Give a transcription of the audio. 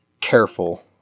careful